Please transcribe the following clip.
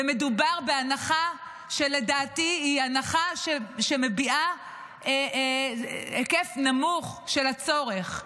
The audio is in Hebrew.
ומדובר בהנחה שלדעתי היא הנחה שמביעה היקף נמוך של הצורך.